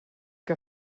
que